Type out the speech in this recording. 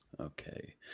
Okay